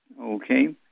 Okay